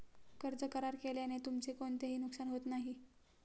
कर्ज करार केल्याने तुमचे कोणतेही नुकसान होत नाही